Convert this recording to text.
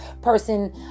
person